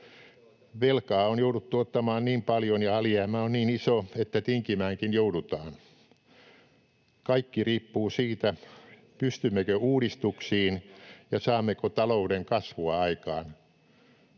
Velkaa on jouduttu ottamaan niin paljon ja alijäämä on niin iso, että tinkimäänkin joudutaan. Kaikki riippuu siitä, pystymmekö uudistuksiin ja saammeko talouden kasvua aikaan.